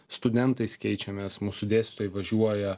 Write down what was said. studentais keičiamės mūsų dėstytojai važiuoja